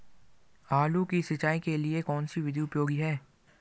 आलू की सिंचाई के लिए कौन सी विधि उपयोगी है?